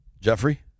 Jeffrey